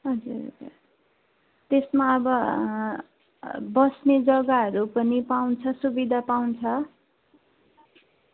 हजुर हजुर त्यसमा अब बस्ने जग्गाहरू पनि पाउँछ सुविधा पाउँछ